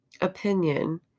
Opinion